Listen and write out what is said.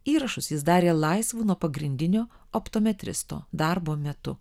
įrašus jis darė laisvu nuo pagrindinio optometristo darbo metu